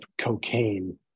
cocaine